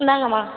இந்தாங்கம்மா